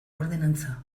ordenantza